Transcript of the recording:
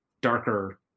darker